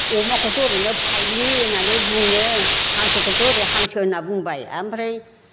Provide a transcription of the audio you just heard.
अमाखौथ' ओरैनो फाइलि होननानै बुङो हांसोखौथ' ओरै हांसो होनना बुंबाय ओमफ्राय